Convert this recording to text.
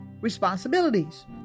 responsibilities